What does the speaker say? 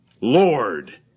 Lord